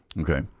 Okay